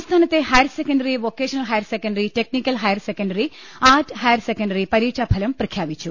സംസ്ഥാനത്തെ higher secondary vocational higher secondary technical higher secondary art higher secondary പരീക്ഷാഫലം പ്രഖ്യാപിച്ചു